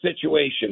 situation